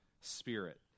Spirit